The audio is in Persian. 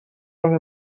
راه